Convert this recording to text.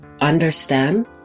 understand